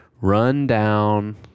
run-down